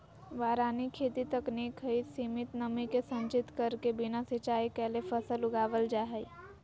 वारानी खेती तकनीक हई, सीमित नमी के संचित करके बिना सिंचाई कैले फसल उगावल जा हई